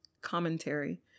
commentary